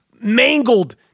mangled